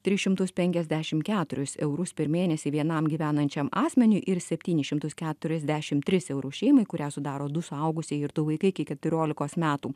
tris šimtus penkiasdešim keturis eurus per mėnesį vienam gyvenančiam asmeniui ir septynis šimtus keturiasdešim tris eurus šeimai kurią sudaro du suaugusieji ir du vaikai iki keturiolikos metų